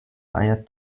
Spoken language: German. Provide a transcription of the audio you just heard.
eier